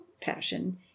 passion